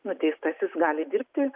nuteistasis gali dirbti